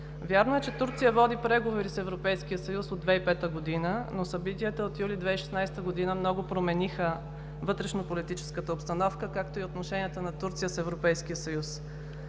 Вярно е, че Турция води преговори с Европейския съюз от 2005 г., но събитията от месец юли 2016 г. много промениха вътрешно-политическата обстановка, както и отношенията на Турция с Европейския съюз.